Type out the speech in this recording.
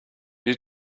you